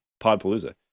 Podpalooza